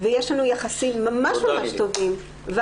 ויש לנו יחסים ממש ממש טובים.